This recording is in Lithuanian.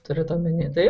turit omeny taip